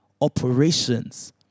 operations